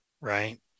Right